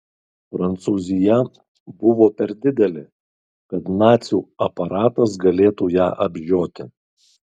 prancūzija buvo per didelė kad nacių aparatas galėtų ją apžioti